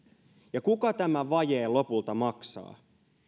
ja kuka tämän vajeen lopulta maksaa